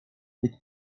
być